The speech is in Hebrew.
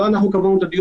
תתקנו את התקנות